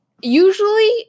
Usually